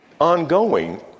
ongoing